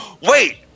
wait